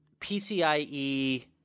PCIe